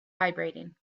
vibrating